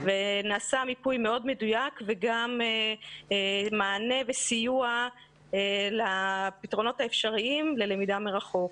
נעשה מיפוי מאוד מדויק וגם מענה וסיוע לפתרונות האפשריים ללמידה מרחוק.